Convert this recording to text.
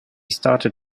started